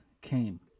came